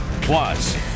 Plus